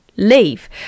leave